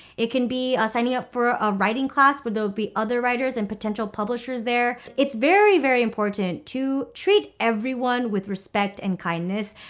it can be signing up for a writing class, where there'll be other writers and potential publishers there. it's very, very important to treat everyone with respect and kindness.